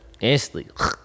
Instantly